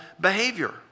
behavior